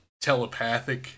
telepathic